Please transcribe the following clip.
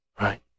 Right